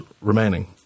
remaining